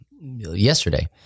yesterday